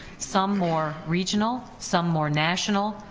some more regional, some more national,